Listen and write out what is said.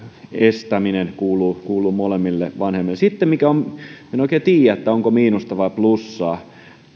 estäminen kuuluu kuuluu molemmille vanhemmille sitten se mistä en oikein tiedä onko miinusta vaiko plussaa on